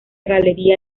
galería